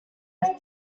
dass